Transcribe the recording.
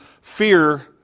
fear